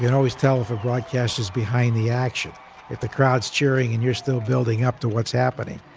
yeah always tell if a broadcast is behind the action, if the crowds cheering, and you're still building up to what's happening.